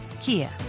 Kia